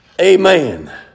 Amen